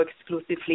exclusively